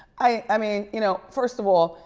i mean, you know, first of all,